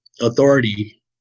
authority